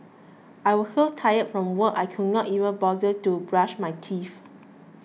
I was so tired from work I could not even bother to brush my teeth